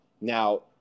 Now